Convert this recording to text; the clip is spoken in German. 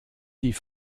die